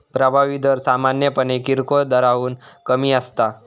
प्रभावी दर सामान्यपणे किरकोळ दराहून कमी असता